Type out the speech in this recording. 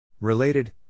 Related